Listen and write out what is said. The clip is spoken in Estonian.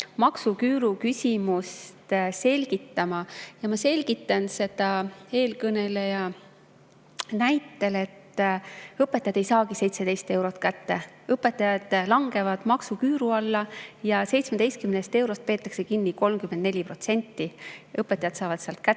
maksuküüru küsimust selgitama. Ja ma selgitan seda eelkõneleja näitel. Õpetajad ei saagi 17 eurot kätte, õpetajad langevad maksuküüru alla ja 17 eurost peetakse kinni 34%. Õpetajad saavad sealt kätte